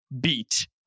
beat